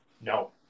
No